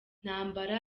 ntambara